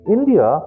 India